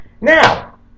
Now